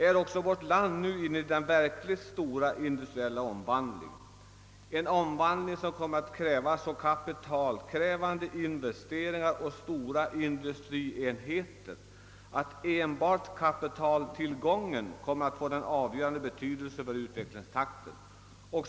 Är även vårt land nu inne i den stora industriella förvandlingen med så kapitalkrävande investeringar och så stora industrienheter att enbart kapitaltillgången kommer att få den avgörande betydelsen för utvecklingstakten?